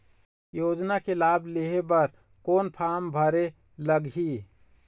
योजना के लाभ लेहे बर कोन फार्म भरे लगही?